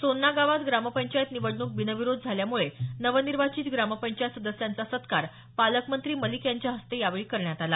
सोन्ना गावात ग्रामपंचायत निवडणूक बिनविरोध झाल्यामुळे नवनिर्वाचित ग्रामपंचायत सदस्यांचा सत्कार पालकमंत्री मलिक यांच्या हस्ते करण्यात आला